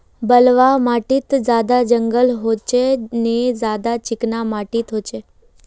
बलवाह माटित ज्यादा जंगल होचे ने ज्यादा चिकना माटित होचए?